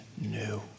new